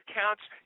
counts